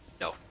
No